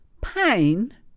Pain